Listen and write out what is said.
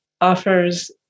offers